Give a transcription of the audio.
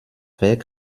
werk